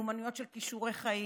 מיומנויות של כישורי חיים,